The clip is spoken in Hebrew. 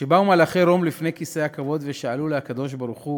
כשבאו מלאכי רום לפני כיסא הכבוד ושאלו לקדוש-ברוך-הוא: